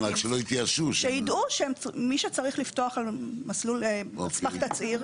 שיידעו שמי שצריך לפתוח מסלול על סמך תצהיר